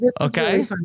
Okay